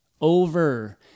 over